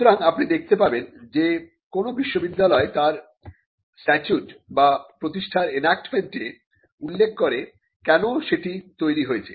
সুতরাং আপনি দেখতে পাবেন যে কোন বিশ্ববিদ্যালয় তার স্ট্যাচুট বা প্রতিষ্ঠার এনাক্টমেন্টে উল্লেখ করে কেন সেটি তৈরি হয়েছে